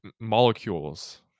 molecules